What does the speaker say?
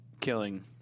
killing